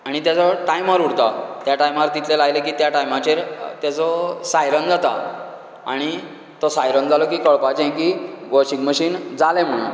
आणी तेजो टायमर उरता त्या टायमार तितले लायले की त्या टायमाचेर तेजो सायरन जाता आनी तो सायरन जालो की कळपाचें की वॉशिंग मशीन जालें म्हणून